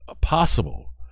possible